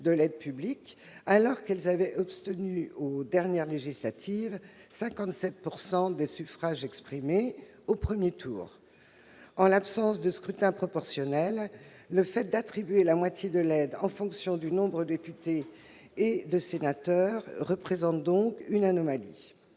de l'aide publique, alors qu'elles avaient obtenu aux élections législatives de 2012 57 % des suffrages exprimés au premier tour. En l'absence de scrutin proportionnel, le fait d'attribuer la moitié de l'aide en fonction du nombre de députés et de sénateurs représente donc une anomalie.